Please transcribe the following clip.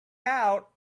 out